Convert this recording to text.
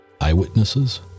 eyewitnesses